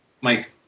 Mike